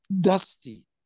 Dusty